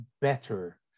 better